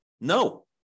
No